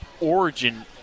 origin